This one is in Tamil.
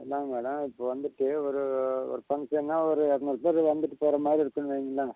அதுதான் மேடம் இப்போ வந்துட்டு ஒரு ஒரு ஃபங்ஷனால் ஒரு இருநூறு பேர் வந்துட்டு போகிற மாதிரி இருக்கும்ன்னு வைங்களேன்